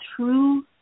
true